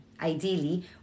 ideally